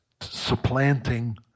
supplanting